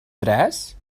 tres